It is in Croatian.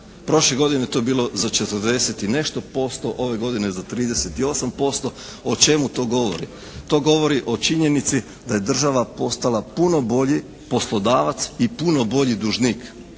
Prošle godine je to bilo za 40 i nešto posto. Ove godine je za 38%. O čemu to govori? To govori o činjenici da je država postala puno bolji poslodavac i puno bolji dužnik.